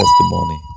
testimony